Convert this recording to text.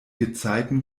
gezeiten